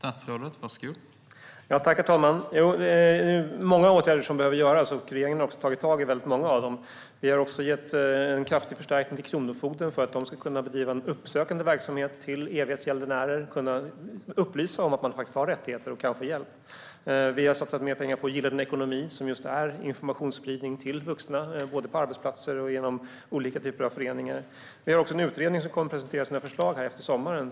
Herr talman! Många åtgärder behöver vidtas, och regeringen har tagit tag i många av dem. Vi har gett kraftig förstärkning till kronofogden för att man ska kunna bedriva en uppsökande verksamhet för evighetsgäldenärer och upplysa dem om att de har rättigheter och kan få hjälp. Vi har satsat mer pengar på Gilla din ekonomi, som är informationsspridning till vuxna, både på arbetsplatser och genom olika typer av föreningar. Vi har också en utredning, som kommer att presentera sina förslag efter sommaren.